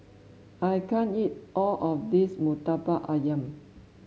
I can't eat all of this murtabak ayam